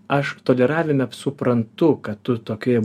aš toleravime suprantu kad tu tokioje